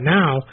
now